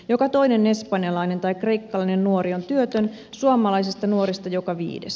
joka toinen espanjalainen tai kreikkalainen nuori on työtön suomalaisista nuorista joka viides